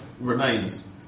remains